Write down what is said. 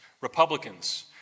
Republicans